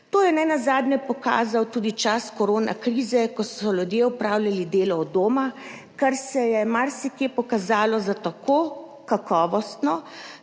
To je nenazadnje pokazal tudi čas korona krize, ko so ljudje opravljali delo od doma, kar se je marsikje pokazalo za tako kakovostno